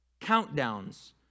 countdowns